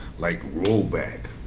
like, roll backs.